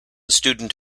student